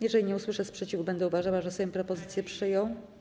Jeśli nie usłyszę sprzeciwu, będę uważała, że Sejm propozycję przyjął.